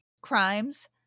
crimes